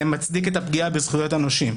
מצדיק את הפגיעה בזכויות הנושים.